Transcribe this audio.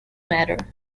matter